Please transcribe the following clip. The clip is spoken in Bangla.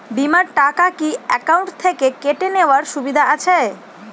বিমার টাকা কি অ্যাকাউন্ট থেকে কেটে নেওয়ার সুবিধা আছে?